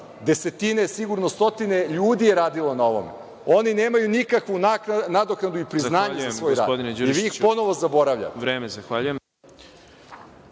Desetine sigurno, stotine ljudi je radilo na ovom. Oni nemaju nikakvu nadoknadu i priznanje za svoj rad i vi ih ponovo zaboravljate.